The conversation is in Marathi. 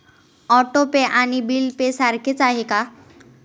ऑटो पे आणि बिल पे सारखेच आहे का?